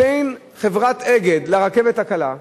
בין חברת "אגד" לרכבת הקלה,